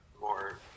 more